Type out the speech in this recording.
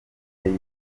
album